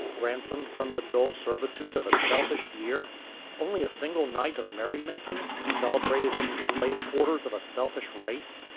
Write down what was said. ransomed from the dull servitude of a selfish year only a single night of merry-making, celebrated in the slave-quarters of a selfish race!